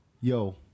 Yo